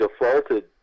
defaulted